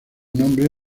nombre